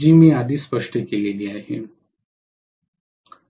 जी मी आधीच स्पष्ट केली आहे